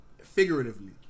figuratively